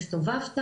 הסתובבת